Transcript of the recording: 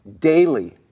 daily